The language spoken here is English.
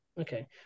Okay